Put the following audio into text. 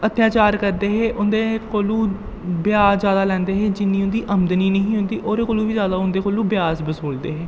अत्याचार करदे हे उं'दे कोलू ब्याज जैदा लैंदे हे जिन्नी उं'दी आमदनी निं ही होंदी ओह्दे कोला बी जैदा उं'दे कोलू ब्याज बसूलदे हे